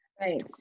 Right